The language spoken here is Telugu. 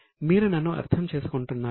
మీరు నన్ను అర్థం చేసుకుంటున్నారా